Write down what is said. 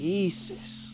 Jesus